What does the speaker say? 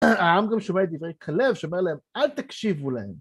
העם גם שומע את דברי כלב שאומר להם, אל תקשיבו להם.